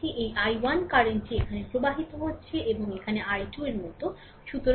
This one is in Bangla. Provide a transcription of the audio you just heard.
সুতরাং আমরা এভাবে চলেছি এই i1 কারেন্টটি এখানে প্রবাহিত হচ্ছে এবং এখানে i 2 এর মতো